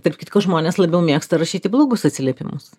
tarp kitko žmonės labiau mėgsta rašyti blogus atsiliepimus